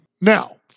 Now